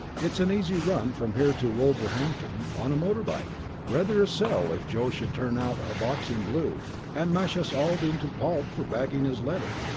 it's an easy run from here to wolverhampton on a motor bike! rather a sell if joe should turn out a boxing blue, and mash us all into pulp for bagging his letter!